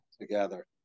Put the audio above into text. together